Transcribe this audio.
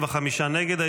נגד.